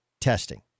testing